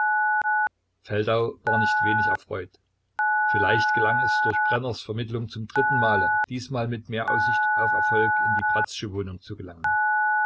feldau war nicht wenig erfreut vielleicht gelang es durch brenners vermittlung zum dritten male diesmal mit mehr aussicht auf erfolg in die bratzsche wohnung zu gelangen